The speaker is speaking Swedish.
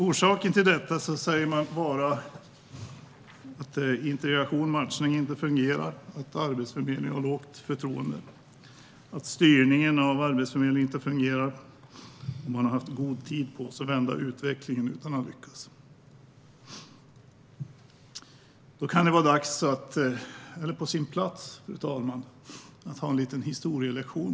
Orsaken till förslaget sägs vara att integration och matchning inte fungerar, att Arbetsförmedlingen har ett lågt förtroende, att styrningen av Arbetsförmedlingen inte fungerar och att man har haft god tid på sig att vända utvecklingen utan att lyckas. Det kan vara på sin plats, fru talman, att ha en liten historielektion.